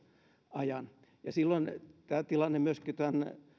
ajan ja silloin tilanne myöskin tämän